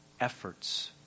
efforts